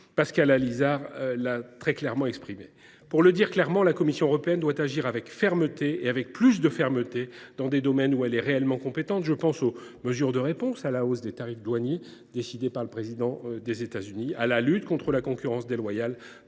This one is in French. Pascal Allizard. Pour le dire clairement, la Commission européenne doit agir avec plus de fermeté dans des domaines où elle est réellement compétente. Je pense à la réponse à la hausse des tarifs douaniers décidée par le président des États Unis, à la lutte contre la concurrence déloyale